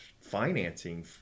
financing